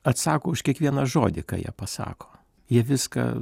atsako už kiekvieną žodį ką jie pasako jie viską